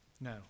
No